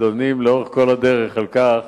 מתלוננים לאורך כל הדרך על כך